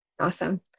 Awesome